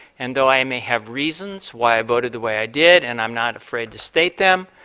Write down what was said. and though i may have reasons why i voted the way i did, and i'm not afraid to state them,